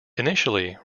initially